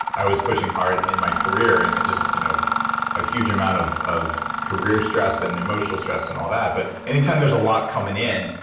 i was pushing hard in my career and and just you know a huge amount of of career stress and emotional stress and all of that. but anytime there's a lot coming in,